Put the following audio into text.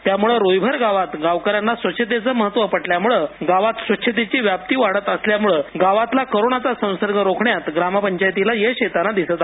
त्यामळे रुईभर गावात गावकर्यांचना स्वच्छतेचे महत्व पटल्यामळे स्वच्छतेची व्याप्ती वाढते आहे गावातला कोरोना चा संसर्ग रोखण्यात ग्रामपंचायतीला यश येताना दिसत आहे